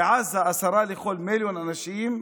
ובעזה עשרה לכל מיליון אנשים.